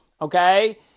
okay